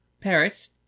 paris